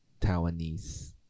Taiwanese